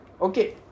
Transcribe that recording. Okay